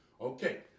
Okay